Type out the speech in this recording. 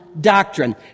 doctrine